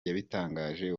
yabitangaje